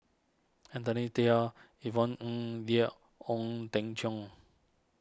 Anthony Tayer Yvonne Ng there Ong Teng Cheong